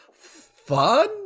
fun